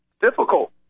Difficult